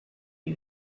you